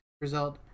Result